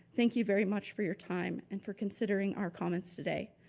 thank you very much for your time and for considering our comments today.